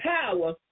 power